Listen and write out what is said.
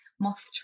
moth